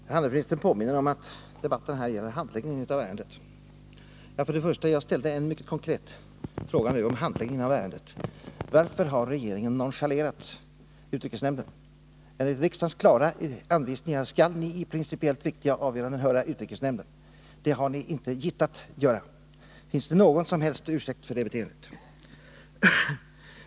Herr talman! Handelsministern påminner om att denna debatt gäller handläggningen av ärendet. För det första ställde jag en mycket konkret fråga om handläggningen av ärendet: Varför har regeringen nonchalerat utrikesnämnden? Enligt riksdagens klara anvisningar skall ni i principiellt viktiga avgöranden höra utrikesnämnden. Det har ni inte gittat göra. Finns det någon som helst ursäkt för det beteendet?